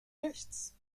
rechts